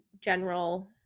general